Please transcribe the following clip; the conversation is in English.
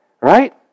Right